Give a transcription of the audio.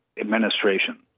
administration